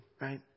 right